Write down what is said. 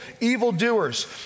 evildoers